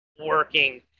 working